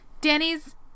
Danny's